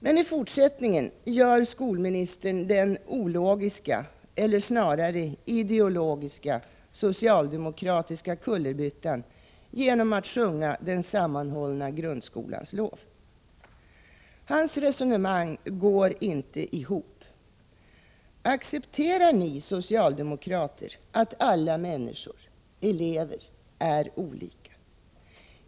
Men i fortsättningen gör skolministern en ologisk, eller snarare ideologisk, socialdemokratisk kullerbytta genom att sjunga den sammanhållna grundskolans lov. Hans resonemang går inte ihop. Accepterar ni socialdemokrater att alla människor — elever — är olika?